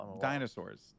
dinosaurs